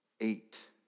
eight